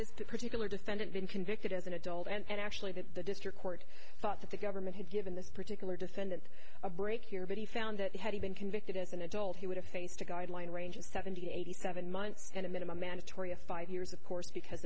this particular defendant been convicted as an adult and actually that the district court thought that the government had given this particular defendant a break here but he found that had he been convicted as an adult he would have faced a guideline range of seven hundred eighty seven months and a minimum mandatory of five years of course because